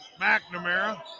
McNamara